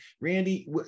Randy